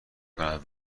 کند